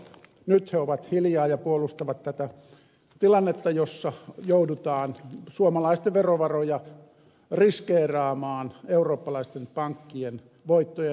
nyt he ovat hiljaa ja puolustavat tätä tilannetta jossa joudutaan suomalaisten verovaroja riskeeraamaan eurooppalaisten pankkien voittojen turvaamiseen